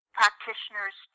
practitioners